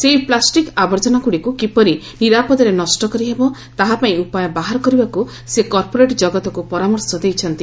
ସେହି ପ୍ଲାଷ୍ଟିକ୍ ଆବର୍ଜନାଗୁଡ଼ିକୁ କିପରି ନିରାପଦରେ ନଷ୍ଟ କରିହେବ ତାହାପାଇଁ ଉପାୟ ବାହାର କରିବାକୁ ସେ କର୍ପୋରେଟ୍ ଜଗତକୁ ପରାମର୍ଶ ଦେଇଛନ୍ତି